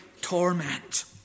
torment